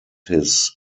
his